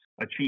achieve